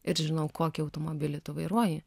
ir žinau kokį automobilį vairuoji